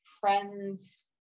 friends